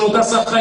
של אותה סככה,